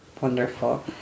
Wonderful